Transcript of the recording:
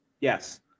Yes